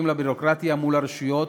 הקשורים לביורוקרטיה מול הרשויות,